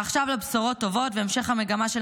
ועכשיו לבשורות טובות והמשך המגמה של